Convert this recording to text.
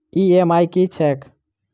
EMI की छैक?